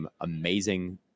amazing